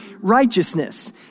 righteousness